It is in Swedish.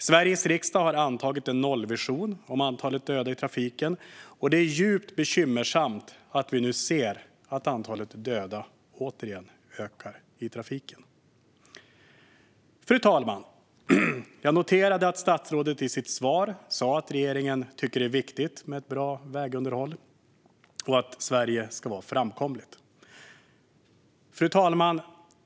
Sveriges riksdag har antagit en nollvision om antalet döda i trafiken. Det är djupt bekymmersamt att vi nu ser att antalet döda i trafiken återigen ökar. Jag noterade att statsrådet i sitt svar sa att regeringen tycker att det är viktigt med ett bra vägunderhåll och att Sverige ska vara framkomligt.